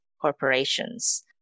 corporations